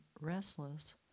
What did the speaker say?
restless